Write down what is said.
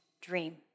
dream